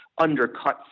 undercuts